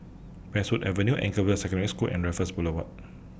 Westwood Avenue Anchorvale Secondary School and Raffles Boulevard